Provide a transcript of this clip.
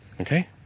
okay